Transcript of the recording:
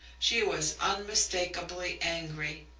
she was unmistakably angry.